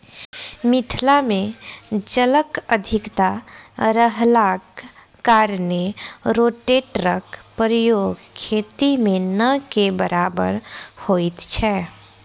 मिथिला मे जलक अधिकता रहलाक कारणेँ रोटेटरक प्रयोग खेती मे नै के बराबर होइत छै